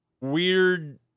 weird